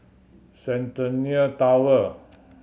Centennial Tower